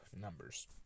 numbers